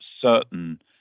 certain